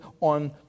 on